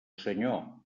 senyor